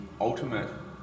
ultimate